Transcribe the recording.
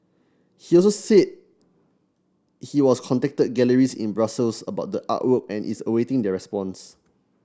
he also said he was contacted galleries in Brussels about the artwork and is awaiting their response